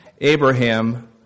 Abraham